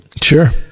Sure